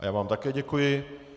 A já vám také děkuji.